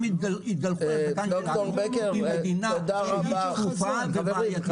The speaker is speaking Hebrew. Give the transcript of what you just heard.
יתגלחו על הזקן שלנו במדינה שהיא --- ובעייתית.